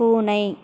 பூனை